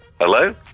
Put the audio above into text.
hello